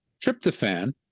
tryptophan